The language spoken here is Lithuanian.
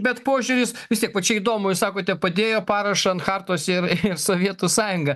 bet požiūris vis tiek va čia įdomu jūs sakote padėjo parašą ant chartos ir sovietų sąjunga